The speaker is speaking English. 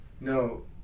No